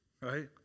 right